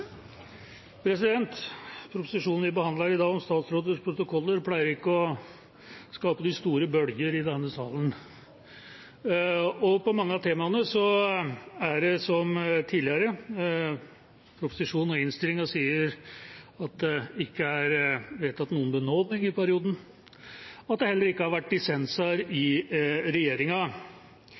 om statsrådets protokoller, pleier ikke å skape de store bølger i denne salen, og når det gjelder mange av temaene, er det som tidligere: Innstillingen sier at det ikke er vedtatt noen benådning i perioden, og at det heller ikke har vært dissenser i regjeringa.